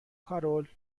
کارول